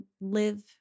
live